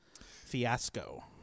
fiasco